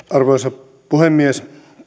arvoisa puhemies